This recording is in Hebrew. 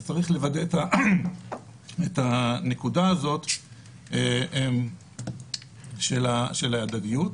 אז צריך לוודא את הנקודה הזאת של ההדדיות.